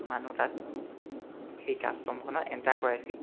মানুহ তাত সেই কাষ্টমখনৰ এণ্টাৰ কৰাইছিল